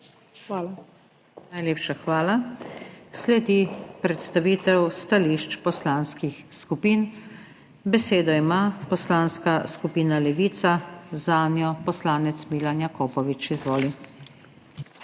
Najlepša hvala. Sledi predstavitev stališč poslanskih skupin. Besedo ima Poslanska skupina Levica, zanjo poslanec Milan Jakopovič. Izvoli.